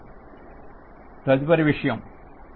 తదుపరి విషయం గమనించండి